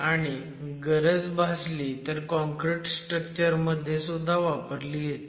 आणि गरज भासली तर काँक्रिट स्ट्रक्चर मध्ये सुद्धा वापरता येते